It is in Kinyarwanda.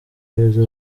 meza